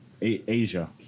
asia